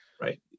right